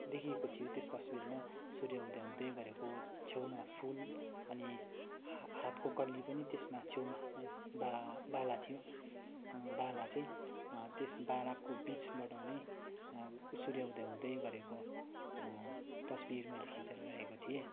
देखिएको थियो त्यस तस्विरमा सूर्य उदय हुँदै गरेको छेउमा फुल अनि हा हातको कल्ली पनि त्यसमा छेउमा बा बाला थियो बाला चाहिँ त्यस बालाको बिचबाट नै सूर्य उदय हुँदै गरेको तस्विर मैले खिँचेर राखेको थिएँ